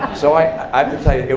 so i i have to tell you,